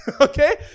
Okay